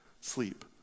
sleep